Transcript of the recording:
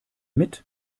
mit